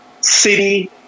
city